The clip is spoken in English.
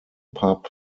pub